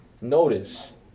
Notice